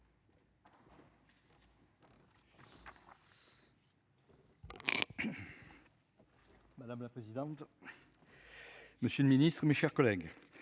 madame la présidente, monsieur le ministre, mes chers collègues,